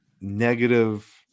negative